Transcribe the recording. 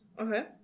Okay